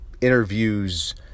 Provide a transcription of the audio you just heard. interviews